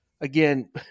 again